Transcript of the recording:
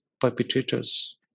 perpetrators